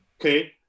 okay